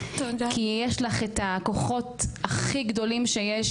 כי יש לך את הכוחות הכי גדולים שיש,